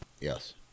Yes